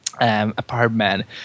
Apartment